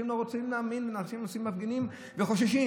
אנשים לא רוצים להאמין, מפגינים וחוששים.